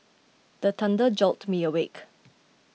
the thunder jolt me awake